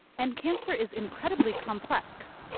and cancer is incredibly complex.